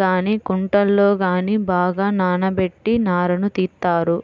గానీ కుంటల్లో గానీ బాగా నానబెట్టి నారను తీత్తారు